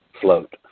float